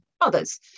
others